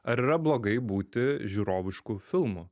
ar yra blogai būti žiūrovišku filmu